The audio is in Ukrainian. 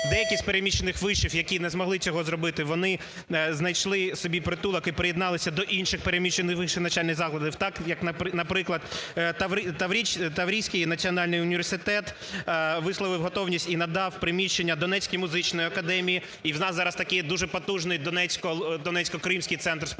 Деякі з переміщених вишів, які не змогли цього зробити, вони знайшли собі притулок і приєднались до інших переміщених вищих навчальних закладів, так як, наприклад, Таврійський національний університет висловив готовність і надав приміщення Донецькій музичній академії, і в нас зараз такий дуже потужний донецько-кримський центр, сподіваємось,